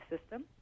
system